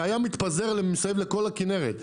זה היה מתפזר מסביב לכל הכנרת,